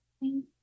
Thank